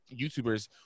YouTubers